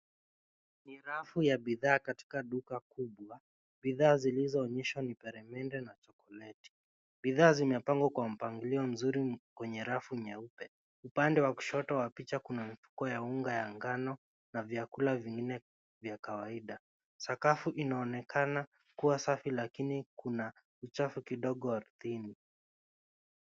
Ni rafu ya bidhaa katika duka kubwa. Bidhaa zilizoonyeshwa ni peremende na chokoleti. Bidhaa zimepangwa kwa mpangilio mzuri kwenye rafu nyeupe. Upande wa kushoto wa picha kuna mifuko ya ungwa wa ngano na vyakula vingine vya kawaida. Sakafu inaonekana kuwa safi lakini kuna uchafu kidogo ardhini.